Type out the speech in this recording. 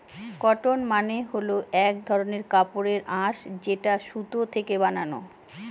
cotton মানে হল এক ধরনের কাপড়ের আঁশ যেটা সুতো থেকে বানানো